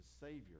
Savior